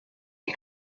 die